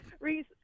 Reese